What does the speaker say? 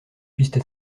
puissent